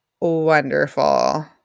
wonderful